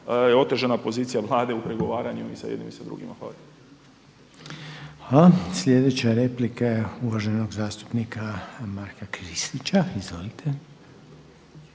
otežana pozicija Vlade u pregovaranju i sa jednim i sa drugima. Hvala. **Reiner, Željko (HDZ)** Hvala. Sljedeća replika je uvaženog zastupnika Mare Kristića. Izvolite.